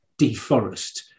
deforest